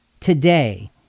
today